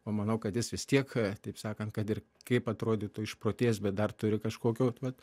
o manau kad jis vis tiek taip sakant kad ir kaip atrodytų išprotėjęs bet dar turi kažkokio vat